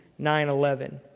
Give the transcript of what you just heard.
9-11